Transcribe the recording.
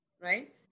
right